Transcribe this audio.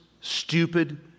stupid